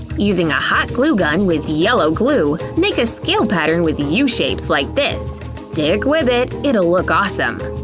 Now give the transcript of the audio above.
using a hot glue gun with yellow glue, make a scale pattern with u shapes like this. stick with it, it'll look awesome.